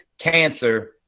cancer